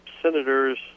senators